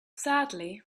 sadly